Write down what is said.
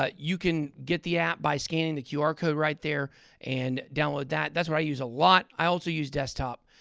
ah you can get the app by scanning the qr code right there and download that. that's what i use a lot. i also use desktop.